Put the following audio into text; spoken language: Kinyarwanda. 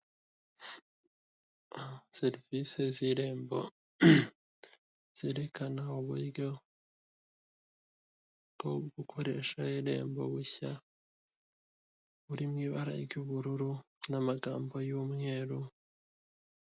Serivisi z'irembo zerekana uburyo bwo gukoresha irembo bushya buri mu ibara ry'ubururu n'amagambo y'umweru.